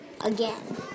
again